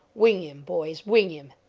wing him, boys, wing him!